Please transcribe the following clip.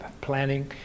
planning